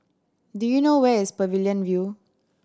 do you know where is Pavilion View